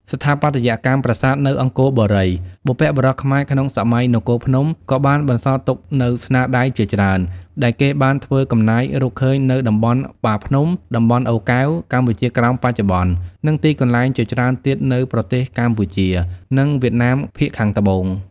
ស្ថាបត្យកម្មប្រាសាទនៅអង្គរបុរី បុព្វបុរសខ្មែរក្នុងសម័យនគរភ្នំក៏បានបន្សល់ទុកនូវស្នាដៃជាច្រើន ដែលគេបានធ្វើកំណាយរកឃើញនៅតំបន់បាភ្នំ តំបន់អូរកែវ កម្ពុជាក្រោមបច្ចុប្បន្ន និងទីកន្លែងជាច្រើនទៀតនៅប្រទេសកម្ពុជា និងវៀតណាមភាគខាងត្បូង។